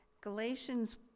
Galatians